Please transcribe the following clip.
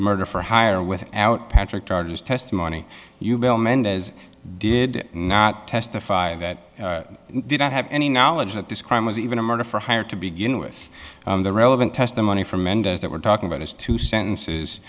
murder for hire without patrick charges testimony you bill mendez did not testify that did not have any knowledge that this crime was even a murder for hire to begin with the relevant testimony from mendez that we're talking about is two